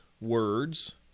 words